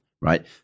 right